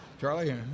Charlie